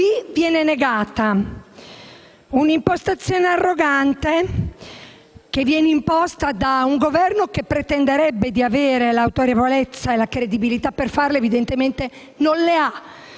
qui viene negata. È un'impostazione arrogante quella che viene stabilita da un Governo che pretenderebbe di avere l'autorevolezza e la credibilità per farlo, ma evidentemente non le ha